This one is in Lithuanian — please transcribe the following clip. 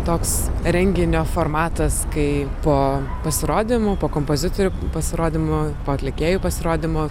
toks renginio formatas kai po pasirodymų po kompozitorių pasirodymų po atlikėjų pasirodymų